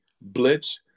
blitz